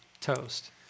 Toast